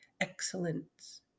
excellence